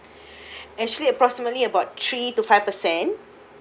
actually approximately about three to five percent